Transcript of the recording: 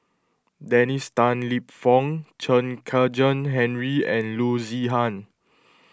Dennis Tan Lip Fong Chen Kezhan Henri and Loo Zihan